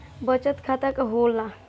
बचत खाता का होला?